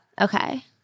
Okay